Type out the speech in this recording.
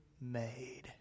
made